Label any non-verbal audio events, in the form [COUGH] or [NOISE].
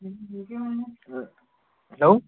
[UNINTELLIGIBLE] hello